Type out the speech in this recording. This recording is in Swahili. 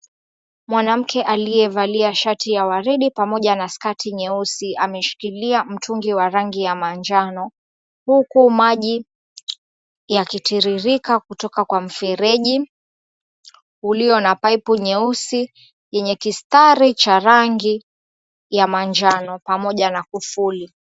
Mwanamke aliyevalia shati ya waridi pamoja na sketi nyeusi ameshikilia mtungi wa rangi ya manjano huku maji yakitiririka kutoka kwa mfereji ulio na pipe nyeusi yenye kistari cha rangi ya manjano pamoja na kufuli.